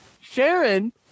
Sharon